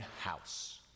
house